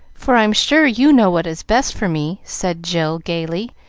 for i'm sure you know what is best for me, said jill, gayly,